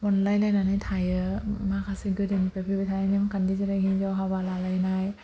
अनलाय लायनानै थायो माखासे गोदोनिफ्राय फैबाय थानाय नेमखान्थि जेरै हिनजाव हाबा लालायनाय